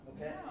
okay